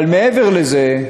אבל מעבר לזה,